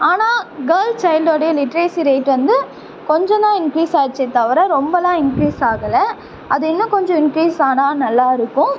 ஆனால் கேர்ள் சைல்யுடைய literacy rate வந்து கொஞ்சம் தான் இன்க்ரீஸ் ஆச்சே தவிர ரொம்பெலாம் இன்க்ரீஸ் ஆகலை அது இன்னும் கொஞ்சம் இன்க்ரீஸ் ஆனால் நல்லா இருக்கும்